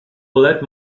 bolet